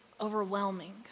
overwhelming